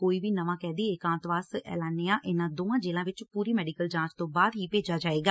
ਕੋਈ ਵੀ ਨਵਾਂ ਕੈਦੀ ਏਕਾਂਤਵਾਸ ਐਲਾਨੀਆਂ ਇਨ੍ਹਾਂ ਦੋਵਾਂ ਜੇਲ੍ਹਾਂ ਵਿੱਚ ਪੁਰੀ ਮੈਡੀਕਲ ਜਾਂਚ ਤੋਂ ਬਾਅਦ ਹੀ ਭੇਜਿਆ ਜਾਵੇਗਾ